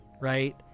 right